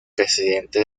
presidente